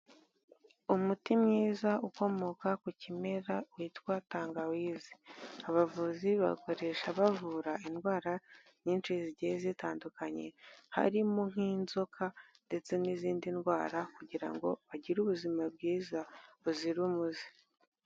Umuti mwiza ukomoka ku kimera witwa tangawize, abavuzi bawukoresha bavura indwara nyinshi zigiye zitandukanye harimo nk'inzoka ndetse n'izindi ndwara kugira ngo bagire ubuzima bwiza buzira umuze.